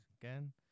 again